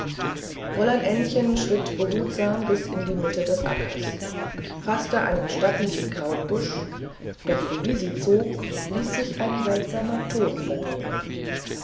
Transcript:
fräulein ännchen schritt behutsam bis in die mitte des ackers faßte einen stattlichen krautbusch doch sowie sie zog ließ sich ein seltsamer ton vernehmen